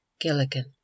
Gilligan